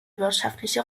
wirtschaftliche